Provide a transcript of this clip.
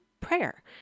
prayer